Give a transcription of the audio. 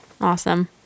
Awesome